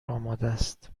آمادست